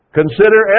consider